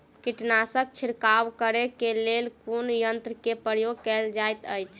कीटनासक छिड़काव करे केँ लेल कुन यंत्र केँ प्रयोग कैल जाइत अछि?